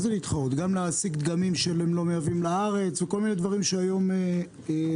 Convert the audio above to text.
כלומר להשיג דגמים שהם לא מייבאים לארץ וכל מיני דברים שהיום מונעים